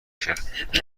کرد